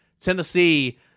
Tennessee